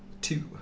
Two